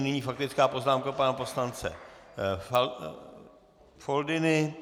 Nyní faktická poznámka pana poslance Foldyny.